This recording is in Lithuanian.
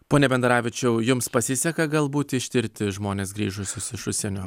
pone bendaravičiau jums pasiseka galbūt ištirti žmones grįžusius iš užsienio